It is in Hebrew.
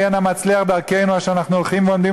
היה נא מצליח דרכנו אשר אנחנו הולכים ועומדים